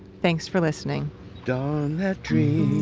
thanks for listening darn that dream.